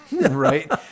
right